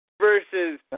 versus